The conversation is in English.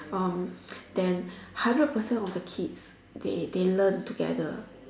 um then hundred percent of the kids they they learn together